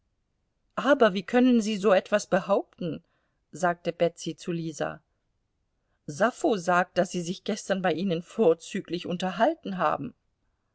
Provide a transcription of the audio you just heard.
aber wie können sie so etwas behaupten sagte betsy zu lisa sappho sagt daß sie sich gestern bei ihnen vorzüglich unterhalten haben